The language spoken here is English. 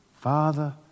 Father